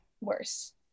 worse